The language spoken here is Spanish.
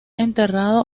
enterrado